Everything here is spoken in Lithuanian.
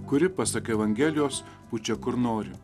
kuri pasak evangelijos pučia kur nori